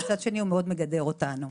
מצד שני מאוד מגדר אותנו.